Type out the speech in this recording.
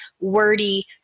wordy